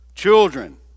Children